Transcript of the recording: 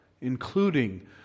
including